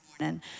morning